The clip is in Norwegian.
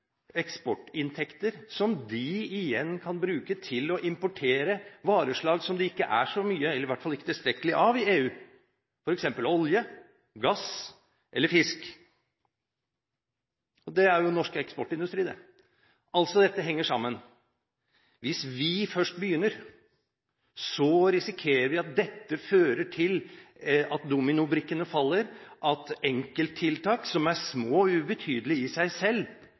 eksportinntekter, som de igjen kan bruke til å importere vareslag som det ikke er så mye – hvert fall ikke tilstrekkelig – av i EU, f.eks. olje, gass eller fisk, og det er jo norsk eksportindustri. Dette henger sammen: Hvis vi først begynner, risikerer vi at dette fører til at dominobrikkene faller, at enkelttiltak – som er små og ubetydelige i seg selv